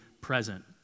present